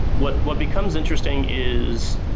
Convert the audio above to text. what what becomes interesting is,